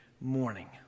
morning